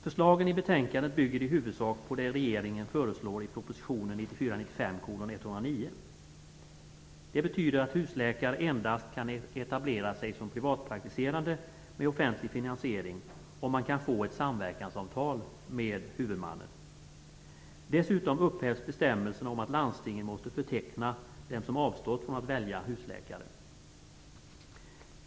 Förslagen i betänkandet bygger i huvudsak på det regeringen föreslår i propositionen 1994/95:109. Det betyder att husläkare endast kan etablera sig som privatpraktiserande, med offentlig finansiering, om man kan få ett samverkansavtal med huvudmannen. Dessutom upphävs bestämmelserna om att landstingen måste förteckna dem som avstått från att välja husläkare.